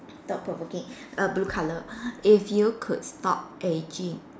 thought provoking err blue colour if you could stop ageing